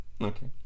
Okay